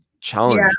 challenge